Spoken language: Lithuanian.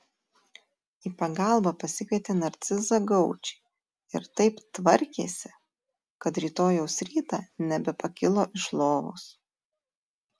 į pagalbą pasikvietė narcizą gaučį ir taip tvarkėsi kad rytojaus rytą nebepakilo iš lovos